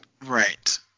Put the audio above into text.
Right